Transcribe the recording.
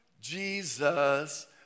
Jesus